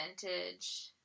vintage